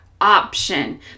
option